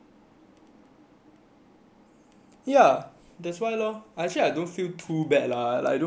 ya that's why lor actually I don't feel too bad lah like I don't feel I'm going crazy or anything